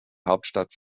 hauptstadt